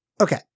okay